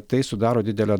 tai sudaro didelę